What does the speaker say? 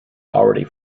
already